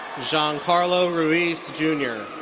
jean carlo ruiz jr.